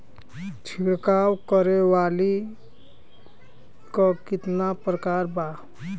छिड़काव करे वाली क कितना प्रकार बा?